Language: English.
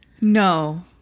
No